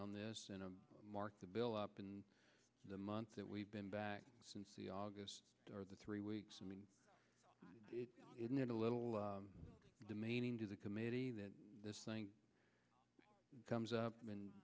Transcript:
on this and mark the bill up in the month that we've been back since the august or the three weeks i mean isn't it a little demeaning to the committee that this thing comes up